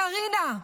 לקרינה,